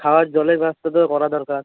খাওয়ার জলের ব্যবস্থাটাও করা দরকার